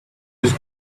just